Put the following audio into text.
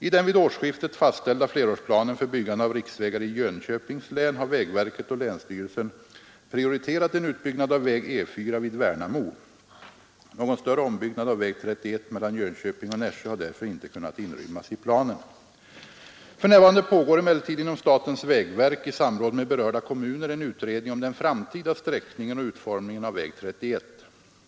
I den vid årsskiftet fastställda flerårsplanen för byggande av riksvägar i Jönköpings län har vägverket och länsstyrelsen prioriterat en utbyggnad av väg E4 vid Värnamo. Någon större ombyggnad av väg 31 mellan Jönköping och Nässjö har därför inte kunnat inrymmas i planen. För närvarande pågår emellertid inom statens vägverk i samråd med berörda kommuner en utredning om den framtida sträckningen och utformningen av väg 31.